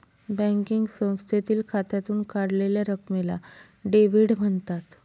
banking संस्थेतील खात्यातून काढलेल्या रकमेला डेव्हिड म्हणतात